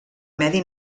medi